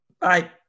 Bye